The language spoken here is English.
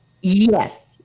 Yes